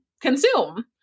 consume